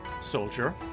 soldier